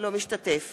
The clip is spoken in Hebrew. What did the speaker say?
אינו משתתף